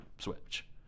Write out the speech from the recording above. switch